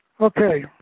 Okay